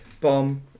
bomb